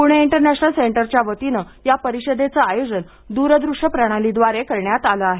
Pune international सेंटरच्या वतीने या परिषदेचे आयोजन दूरदृश्य प्रणालीद्वारे करण्यात आले आहे